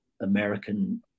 American